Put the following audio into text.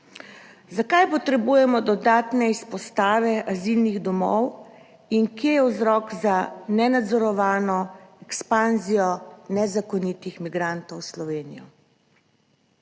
zakaj potrebujemo dodatne izpostave azilnih domov in kje je vzrok za nenadzorovano ekspanzijo nezakonitih migrantov v Slovenijo?